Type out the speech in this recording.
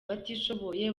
abatishoboye